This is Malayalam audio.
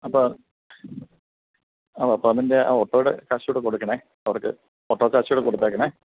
അപ്പോൾ ആ അപ്പോൾ അതിൻ്റെ ആ ഓട്ടോയുടെ കാശുകൂടെ കൊടുക്കണേ അവർക്ക് ഓട്ടോ കാശ് കൂടെ കൊടുത്തേക്കണേ